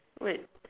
wait